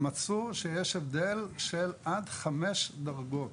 והם מצאו שיש הבדל של עד חמש דרגות.